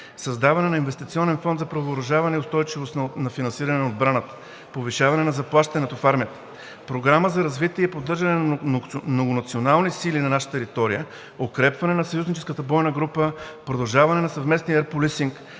създаване на инвестиционен фонд за превъоръжаване и устойчивост на финансиране на отбраната; повишаване на заплащането в армията; програма за развитие и поддържане на многонационални сили на наша територия; укрепване на съюзническата бойна група; продължаване на съвместния Еър